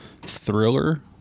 thriller